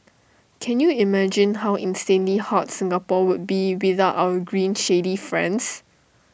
can you imagine how insanely hot Singapore would be without our green shady friends